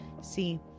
See